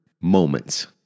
moments